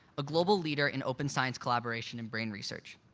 a global leader in open science collaboration in brain research.